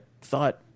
thought